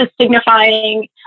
signifying